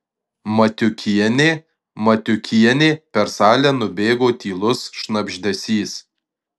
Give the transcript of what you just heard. matiukienė matiukienė per salę nubėgo tylus šnabždesys